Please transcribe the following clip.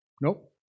nope